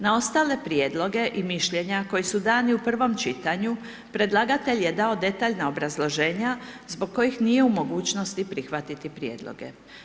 Na ostale prijedloge i mišljenja koji su dani u prvom čitanju, predlagatelj je dao detaljna obrazloženja zbog kojih nije u mogućnosti prihvatiti prijedloge.